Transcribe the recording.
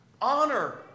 honor